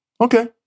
Okay